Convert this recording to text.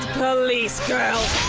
police girl!